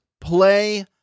play